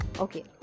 okay